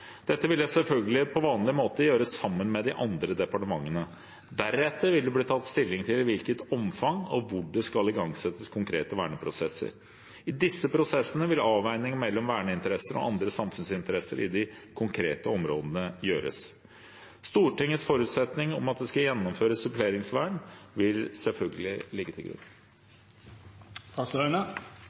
Dette vil jeg selvfølgelig på vanlig måte gjøre sammen med de andre departementene. Deretter vil det bli tatt stilling til i hvilket omfang og hvor det skal igangsettes konkrete verneprosesser. I disse prosessene vil avveiningene mellom verneinteresser og andre samfunnsinteresser i de konkrete områdene gjøres. Stortingets forutsetning om at det skal gjennomføres et begrenset suppleringsvern, vil selvfølgelig ligge til grunn.